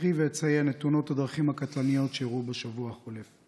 אקריא ואציין את תאונות הדרכים הקטלניות שאירעו בשבוע החולף: